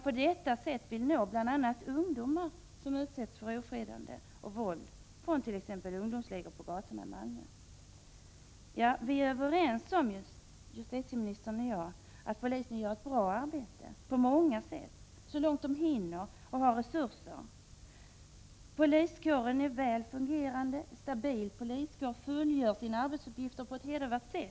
På det sättet vill man nå bl.a. ungdomar som utsätts för ofredande och våld från t.ex. ungdomsligor på gatorna i Malmö. Justitieministern och jag är överens om att polisen — så långt man hinner och har resurser — i många avseenden gör ett bra arbete. Poliskåren är en väl fungerande och stabil kår som fullgör sina arbetsuppgifter på ett hedervärt sätt.